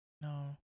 No